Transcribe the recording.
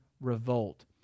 Revolt